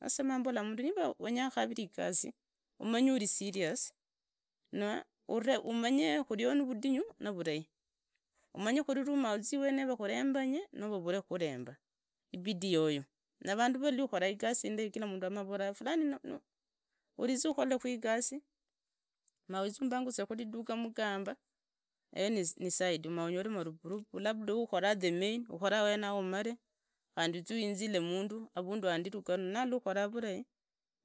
Sasa maa mbala mandu niva umoja khavire igasi umanye uri serious na umanye khurio ni vundinyi ni vurahi. Umanye khuri mu uzii weneyo va khurembunye ama vavure khuremba i bidi yoyo na vandi valli ukhora igasi indai vama vavora fulani uriza ukholekhu igasi ma uize umbugwire khu viduka mugomba any side muu nyoro marupurupu labda uukhora the main ukhore aenae umare khandi uzi uinzilo mundu avundu kandi rugano nalla ukhara vurahi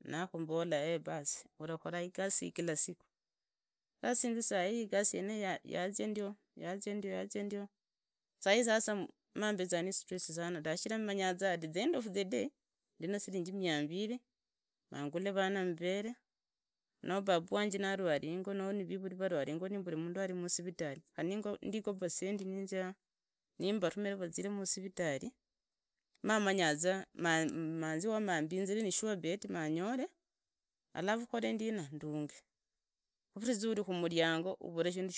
ra khuvola le bas urakhora igasi yereyi ya zia ndio wanje ra rwari ingo noo ni vivuri vaa rwari ingo ama mundu nari musirifari khari ni ngoba sendi ni mbarumira vazire musivitari maamanyaza ma nzie wa mbinze maambinzire ni sure bet manyore alafu ndunge. Sasa avandu enahe nio wandadukhaa ndalla kweli khuinzira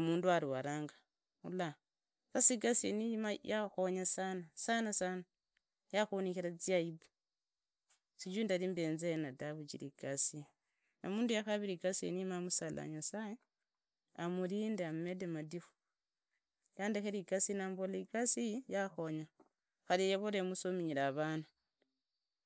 mundu ni vurahi. Khari niva anyara khueza sendi kidogo lakini ni uri ni ishida anyaro khurekha daa lazima zaa asinjire niiwe mmh asinjia ni iwe kabisa mpaka mwana yo rura khukiliniki mwana ya vaa sawa mpaka na sahi muinzilango nyara khumurekha abuva shijira vindu vya yakhola vyari vinyikhi.